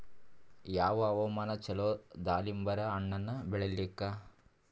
ಯಾವ ಹವಾಮಾನ ಚಲೋ ದಾಲಿಂಬರ ಹಣ್ಣನ್ನ ಬೆಳಿಲಿಕ?